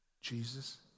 Jesus